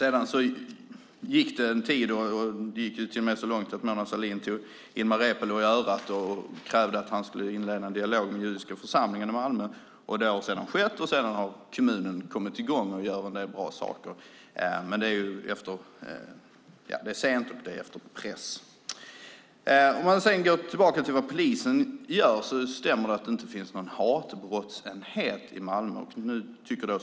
En tid därefter tog Mona Sahlin Ilmar Reepalu i örat och krävde att han skulle inleda en dialog med judiska församlingen i Malmö. Så skedde, och kommunen kom i gång med en del bra saker. Det var dock sent och efter press. Det stämmer att det inte finns någon hatbrottsenhet i Malmö.